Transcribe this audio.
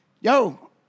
Yo